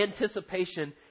anticipation